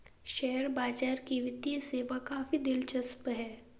share बाजार की वित्तीय सेवा काफी दिलचस्प है